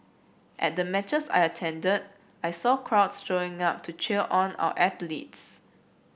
at the matches I attended I saw crowds showing up to cheer on our athletes